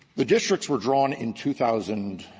the districts were drawn in two thousand